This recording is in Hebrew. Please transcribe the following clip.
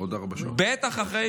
בטח אחרי